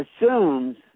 assumes